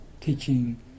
teaching